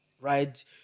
Right